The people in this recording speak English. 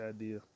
idea